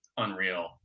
unreal